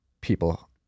people